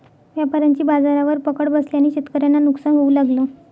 व्यापाऱ्यांची बाजारावर पकड बसल्याने शेतकऱ्यांना नुकसान होऊ लागलं